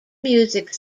music